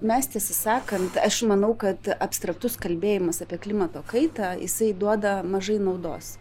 mes tiesą sakant aš manau kad abstraktus kalbėjimas apie klimato kaitą jisai duoda mažai naudos